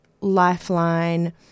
Lifeline